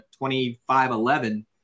25-11